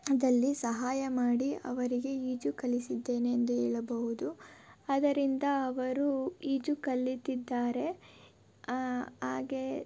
ದಲ್ಲಿ ಸಹಾಯ ಮಾಡಿ ಅವರಿಗೆ ಈಜು ಕಲಿಸಿದ್ದೇನೆ ಎಂದು ಹೇಳಬಹುದು ಅದರಿಂದ ಅವರು ಈಜು ಕಲಿತಿದ್ದಾರೆ ಹಾಗೆಯೇ